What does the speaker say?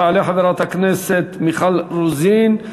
תעלה חברת הכנסת מיכל רוזין,